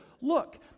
look